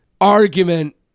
argument